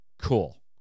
Cool